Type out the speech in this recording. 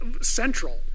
central